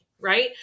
right